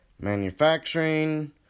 Manufacturing